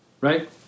right